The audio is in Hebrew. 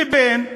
לבין הימין?